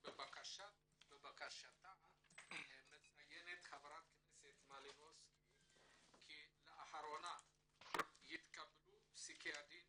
בבקשתה מציינת חברת הכנסת מלינובסקי כי "לאחרונה התקבלו פסקי דין